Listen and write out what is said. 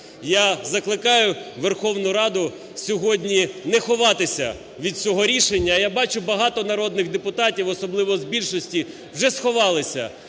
Я закликаю Верховну Раду сьогодні не ховатися від цього рішення. Я бачу багато народних депутатів, особливо з більшості вже сховалися